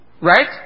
Right